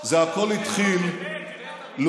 זה הכול התחיל, אנחנו מוכנים, אבל לא יותר מזה.